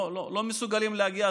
לא מסוגלים להגיע.